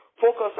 Focus